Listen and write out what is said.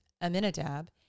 Aminadab